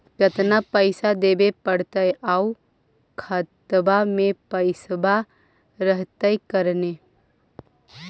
केतना पैसा देबे पड़तै आउ खातबा में पैसबा रहतै करने?